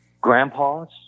grandpas